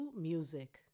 music